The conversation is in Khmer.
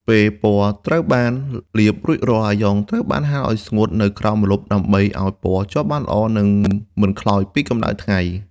ពេលពណ៌ត្រូវបានលាបរួចរាល់ អាយ៉ងត្រូវបានហាលឱ្យស្ងួតនៅក្រោមម្លប់ដើម្បីឱ្យពណ៌ជាប់បានល្អនិងមិនខ្លោចពីកម្តៅថ្ងៃ។